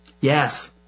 Yes